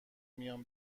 میام